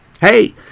Hey